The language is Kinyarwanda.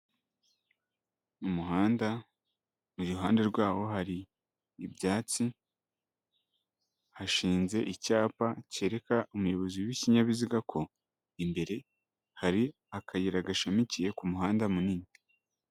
Umuhanda, iruhande rwawo hari ibyatsi, hashinze icyapa kereka umuyobozi w'ikinyabiziga ko imbere hari akayira gashamikiye ku muhanda munini.